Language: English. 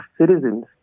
citizens